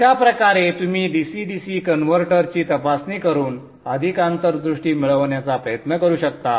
अशा प्रकारे तुम्ही DC DC कन्व्हर्टरची तपासणी करून अधिक अंतर्दृष्टी मिळवण्याचा प्रयत्न करू शकता